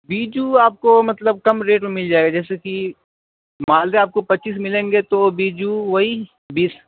بیجو آپ کو مطلب کم ریٹ میں مل جائے گا جیسے کہ مالدہ آپ کو پچیس ملیں گے تو بیجو وہی بیس